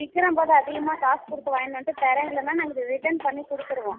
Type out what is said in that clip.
விற்கிறம்போது அதிகமாக காசு கொடுத்து வாங்கிட்டு வந்துட்டு தரம் இல்லைன்னா நாங்கள் ரிட்டன் பண்ணி கொடுத்துடுவோம்